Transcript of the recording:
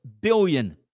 billion